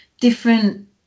Different